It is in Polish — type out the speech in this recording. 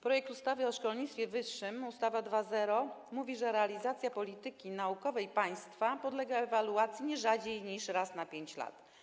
Projekt ustawy o szkolnictwie wyższym - ustawa 2.0 mówi, że realizacja polityki naukowej państwa podlega ewaluacji nie rzadziej niż raz na 5 lat.